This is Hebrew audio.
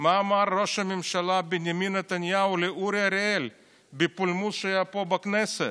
מה אמר ראש הממשלה בנימין נתניהו לאורי אריאל בפולמוס שהיה פה בכנסת?